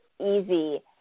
easy